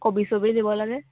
কবি ছবি নিব লাগে